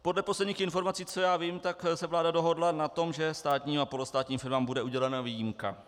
Podle posledních informací, co já vím, se vláda dohodla na tom, že státním a polostátním firmám bude udělena výjimka.